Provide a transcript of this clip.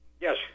Yes